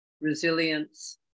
resilience